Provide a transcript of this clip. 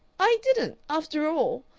i didn't! after all